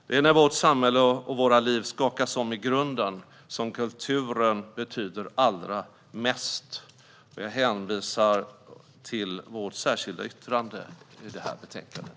Det är när vårt samhälle och våra liv skakas om i grunden som kulturen betyder allra mest. Jag hänvisar till vårt särskilda yttrande i betänkandet.